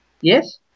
Yes